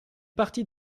partie